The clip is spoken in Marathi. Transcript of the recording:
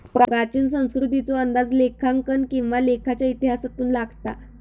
प्राचीन संस्कृतीचो अंदाज लेखांकन किंवा लेखाच्या इतिहासातून लागता